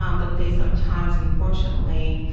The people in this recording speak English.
um but they sometimes, unfortunately,